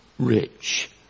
Rich